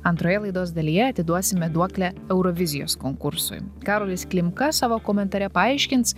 antroje laidos dalyje atiduosime duoklę eurovizijos konkursui karolis klimka savo komentare paaiškins